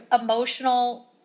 emotional